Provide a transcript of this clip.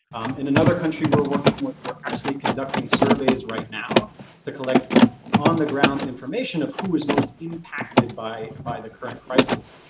in another country we're working with, we're actually conducting surveys right now to collect on the ground information of who is most impacted by by the current crisis.